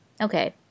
Okay